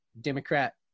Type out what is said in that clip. Democrat